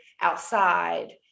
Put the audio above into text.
outside